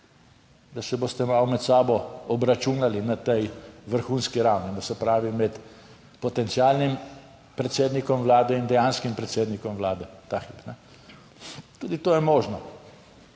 da se boste malo med sabo obračunali na tej vrhunski ravni, se pravi med potencialnim predsednikom vlade in dejanskim predsednikom vlade ta hip. Tudi to je možno.